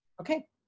Okay